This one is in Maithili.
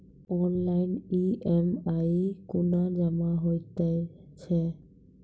ऑनलाइन ई.एम.आई कूना जमा हेतु छै?